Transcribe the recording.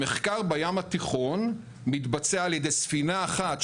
המחקר בים התיכון מתבצע על ידי ספינה אחת,